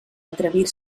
atrevir